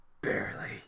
Barely